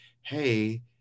hey